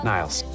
Niles